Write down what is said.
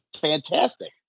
fantastic